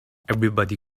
everybody